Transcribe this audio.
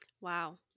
Wow